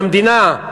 למדינה,